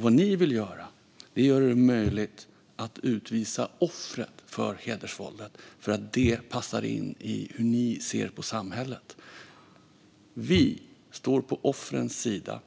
Vad ni vill göra är att göra det möjligt att utvisa offret för hedersvåldet, eftersom det passar in i hur ni ser på samhället. Vi står på offrens sida.